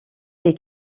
est